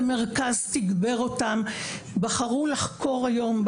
מרכז תגבר אותם בחרו לחקור היום,